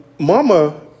Mama